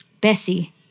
Bessie